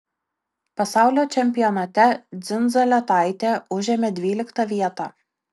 pasaulio čempionate dzindzaletaitė užėmė dvyliktą vietą